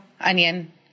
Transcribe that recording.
onion